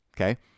Okay